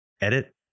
edit